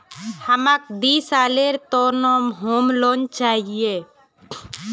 हमाक दी सालेर त न होम लोन चाहिए